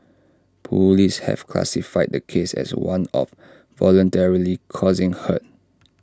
Police have classified the case as one of voluntarily causing hurt